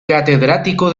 catedrático